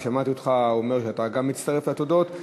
אני שמעתי אותך אומר שאתה מצטרף לתודות,